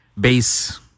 base